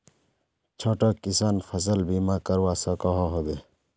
छोटो किसान फसल बीमा करवा सकोहो होबे?